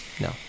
no